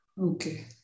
Okay